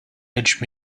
edge